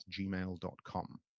gmail.com